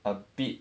a bit